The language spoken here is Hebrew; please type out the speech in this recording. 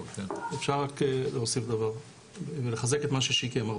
אפשר רק להוסיף דבר ולחזק את מה ששיקי אמר.